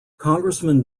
congressman